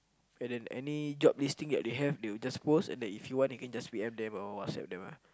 and then any job listing that they have they will just post and then if you want you can just P_M them or WhatsApp them ah